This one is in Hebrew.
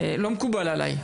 לא מקובל עליי.